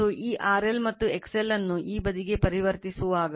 ಮತ್ತು ಈ RL ಮತ್ತು XL ಅನ್ನು ಈ ಬದಿಗೆ ಪರಿವರ್ತಿಸುವಾಗ ಅದು RL K2 ಆಗಿರುತ್ತದೆ